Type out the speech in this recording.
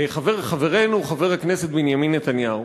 חברנו חבר הכנסת בנימין נתניהו,